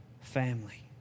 family